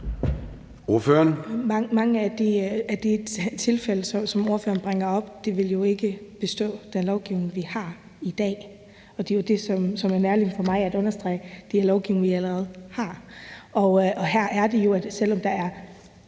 mange af de tilfælde, som ordføreren bringer op, ville man jo ikke overholde den lovgivning, vi har i dag. Det er det, som er vigtigt for mig at understrege, nemlig at det jo er lovgivning, vi allerede har. Og selv om der er